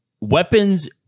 weapons